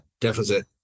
Deficit